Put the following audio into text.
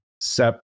Sep